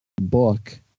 book